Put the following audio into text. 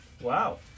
Wow